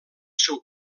seu